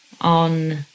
on